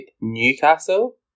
Newcastle